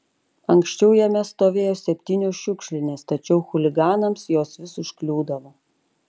anksčiau jame stovėjo septynios šiukšlinės tačiau chuliganams jos vis užkliūdavo